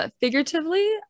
Figuratively